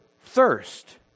thirst